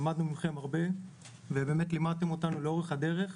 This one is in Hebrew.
למדנו מכם הרבה לאורך הדרך,